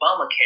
Obamacare